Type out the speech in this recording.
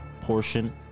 portion